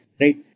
right